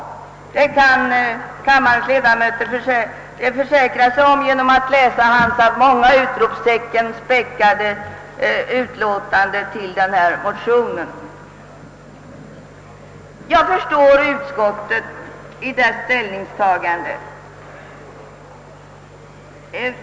Det kan kammarens ledamöter övertyga sig om genom att läsa hans med många utropstecken späckade yttrande över denna motion. Jag förstår utskottets ställningstagande.